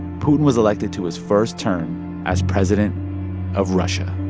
putin was elected to his first term as president of russia